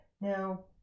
now